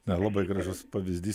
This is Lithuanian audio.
na labai gražus pavyzdys